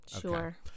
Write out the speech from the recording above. Sure